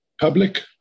public